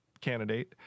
candidate